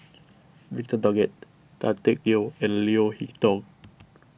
Victor Doggett Tan Teck Neo and Leo Hee Tong